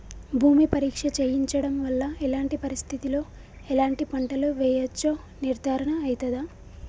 భూమి పరీక్ష చేయించడం వల్ల ఎలాంటి పరిస్థితిలో ఎలాంటి పంటలు వేయచ్చో నిర్ధారణ అయితదా?